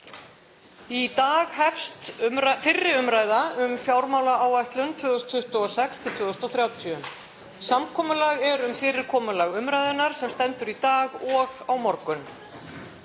Í dag hefst fyrri umræða um fjármálaáætlun 2026–2030. Samkomulag er um fyrirkomulag umræðunnar sem stendur í dag og á morgun.